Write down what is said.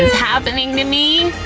happening to me?